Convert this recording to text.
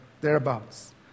thereabouts